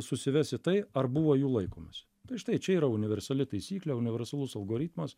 susives į tai ar buvo jų laikomasi tai štai čia yra universali taisyklė universalus algoritmas